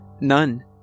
None